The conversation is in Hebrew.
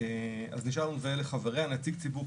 אז נשאר לנו ואלה חבריה: נציג ציבור,